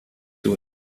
doing